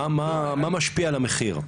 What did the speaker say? מה משפיע על המחיר.